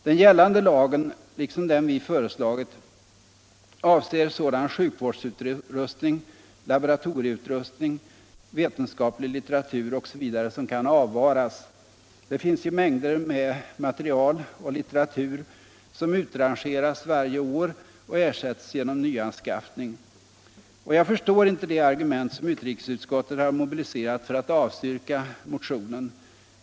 Den gällande lagen, liksom den vi föreslagit, avser sådan sjukvårdsutrustning, laboratorieutrustning, vetenskaplig litteratur osv. som kan avvaras. Det finns ju mängder med material och litteratur som utrangeras varje år och ersätts genom nyanskaffning. Jag förstår inte de argument som utrikesutskottet har mobiliserat för att avstyrka motionen.